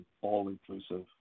all-inclusive